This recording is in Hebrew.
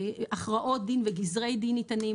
הכרעות דין וגזרי דין ניתנים,